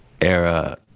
era